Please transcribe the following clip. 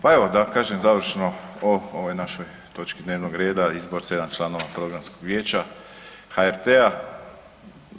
Pa evo da kažem završno o ovoj našoj točki dnevnog reda Izbor sedam članova Programskog vijeća HRT-a.